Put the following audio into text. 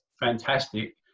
fantastic